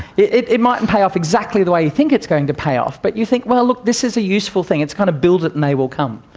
it it mightn't pay off exactly the way you think it's going to pay off, but you think, well look, this is a useful thing. it's kind of build it and they will come.